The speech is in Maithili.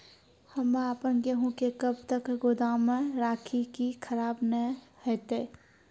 हम्मे आपन गेहूँ के कब तक गोदाम मे राखी कि खराब न हते?